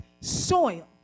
soil